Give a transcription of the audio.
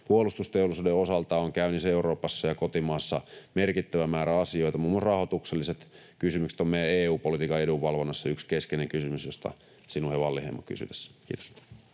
Puolustusteollisuuden osalta on käynnissä Euroopassa ja kotimaassa merkittävä määrä asioita. Muun muassa rahoitukselliset kysymykset ovat meidän EU-politiikan edunvalvonnassa yksi keskeinen kysymys, josta Sinuhe Wallinheimo kysyi tässä. — Kiitos.